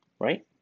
right